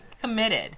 committed